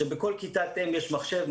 שבכל כיתת-אם יש מחשב,